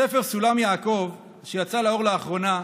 בספר "סולם יעקב", שיצא לאור לאחרונה,